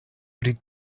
pri